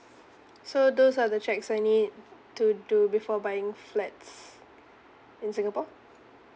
so those are the checks I need to do before buying flats in singapore